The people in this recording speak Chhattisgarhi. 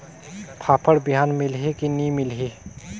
फाफण बिहान मिलही की नी मिलही?